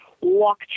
walk